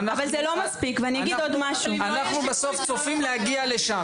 ואנחנו בסוף צופים להגיע לשם.